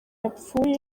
yapfuye